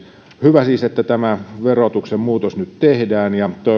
hyvä siis että tämä verotuksen muutos nyt tehdään ja